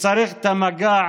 שצריך את המגע,